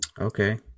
Okay